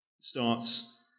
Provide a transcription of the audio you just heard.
starts